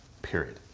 period